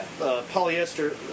polyester